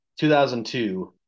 2002